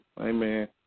Amen